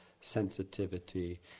sensitivity